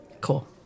Cool